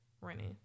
running